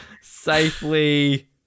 safely